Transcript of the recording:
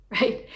right